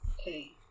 Okay